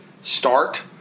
start